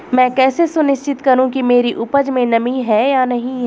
मैं कैसे सुनिश्चित करूँ कि मेरी उपज में नमी है या नहीं है?